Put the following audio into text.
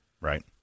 right